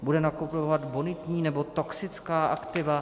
Bude nakupovat bonitní, nebo toxická aktiva?